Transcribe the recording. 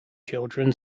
children